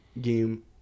game